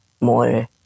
more